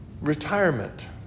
Retirement